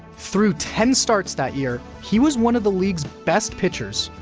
through ten starts that year, he was one of the league's best pitchers,